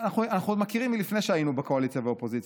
אנחנו מכירים עוד מלפני שהיינו בקואליציה ובאופוזיציה.